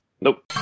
nope